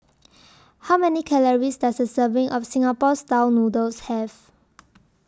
How Many Calories Does A Serving of Singapore Style Noodles has